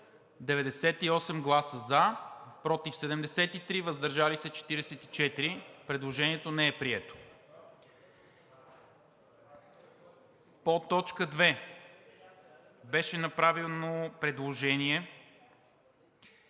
за 98, против 73, въздържали се 44. Предложението не е прието. По т. 2 беше направено предложение